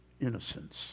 innocence